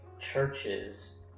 churches